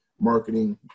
Marketing